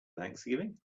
thanksgiving